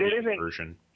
version